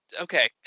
okay